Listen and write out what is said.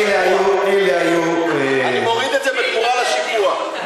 אלה היו, אני מוריד את זה בתמורה לשיפוע.